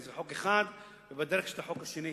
זה חוק אחד, ובדרך יש את החוק השני.